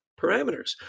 parameters